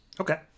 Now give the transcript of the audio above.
Okay